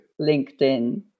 LinkedIn